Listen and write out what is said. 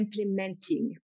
implementing